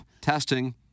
Testing